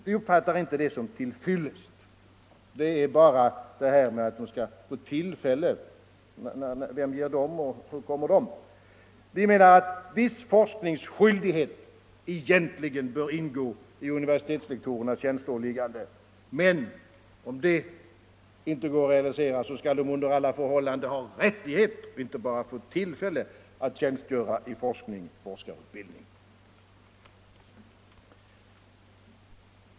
Vi uppfattar inte detta som till fyllest; det sägs ju i propositionen bara att de ”skall kunna få tillfälle”, men vem ger dem det tillfället och när kommer det? Vi menar att viss forskningsskyldighet egentligen bör ingå i universitetslektorernas tjänsteåligganden, men om det inte kan realiseras skall de under alla förhållanden ha rättighet —- inte bara få tillfälle — att tjänstgöra i forskning och forskarutbildning.